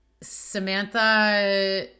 Samantha